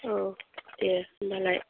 औ दे होमबालाय